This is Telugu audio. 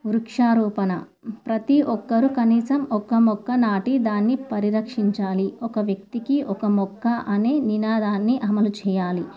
వృక్షారూపణ ప్రతి ఒక్కరు కనీసం ఒక్క మొక్క నాటి దాన్ని పరిరక్షించాలి ఒక వ్యక్తికి ఒక మొక్క అనే నినాదాన్ని అమలు చెయ్యాలి